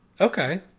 okay